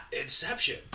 Inception